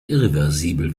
irreversibel